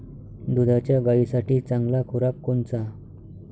दुधाच्या गायीसाठी चांगला खुराक कोनचा?